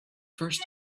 first